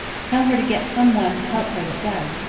tell her to get some one to help her that does,